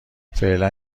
فعلا